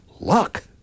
luck